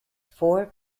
four